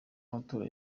y’amatora